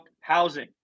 housing